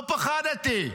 לא פחדתי.